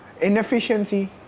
Inefficiency